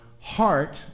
heart